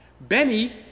Benny